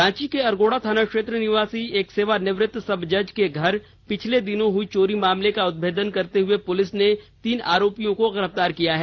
रांची के अरगोड़ा थाना क्षेत्र निवासी एक सेवानिवृत्त सब जज के घर पिछले दिनों हुई चोरी मामले का उदभेदन करते हुए पुलिस ने तीन आरोपियों को गिरफ्तार किया है